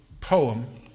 poem